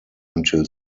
until